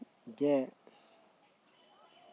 ᱡᱮ